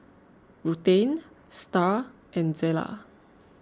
Ruthann Starr and Zella